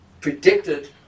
predicted